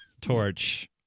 torch